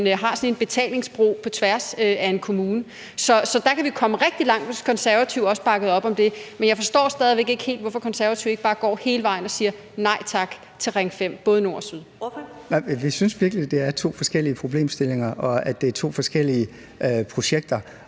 har sådan en betalingsbro på tværs af en kommune. Så der kunne vi komme rigtig langt, hvis Konservative også bakkede op om det. Men jeg forstår stadig væk ikke helt, hvorfor Konservative ikke bare går hele vejen og siger nej tak til Ring 5, både Nord og Syd. Kl. 13:43 Første næstformand (Karen Ellemann): Ordføreren.